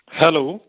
hello